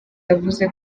yavuze